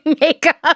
makeup